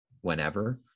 whenever